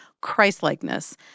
Christ-likeness